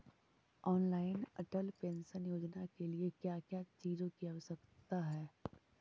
Online Atal pension योजना के लिए क्या क्या चीजों की आवश्यकता है?